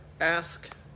ask